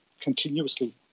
continuously